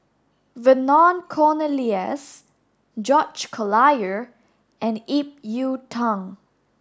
Vernon Cornelius George Collyer and Ip Yiu Tung